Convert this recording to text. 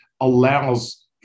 allows